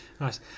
Nice